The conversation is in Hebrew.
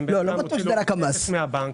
אם מוציא כסף מהבנק,